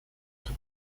эту